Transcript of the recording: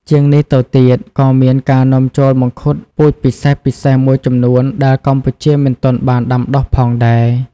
ជាងនេះទៅទៀត ក៏មានការនាំចូលមង្ឃុតពូជពិសេសៗមួយចំនួនដែលកម្ពុជាមិនទាន់បានដាំដុះផងដែរ។